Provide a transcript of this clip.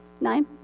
Nine